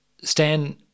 Stan